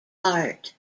art